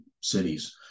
cities